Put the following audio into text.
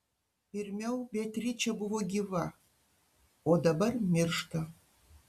pirmiau beatričė buvo gyva o dabar miršta